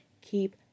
Keep